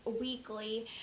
weekly